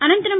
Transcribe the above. అనంతరం